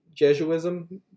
Jesuism